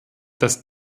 dass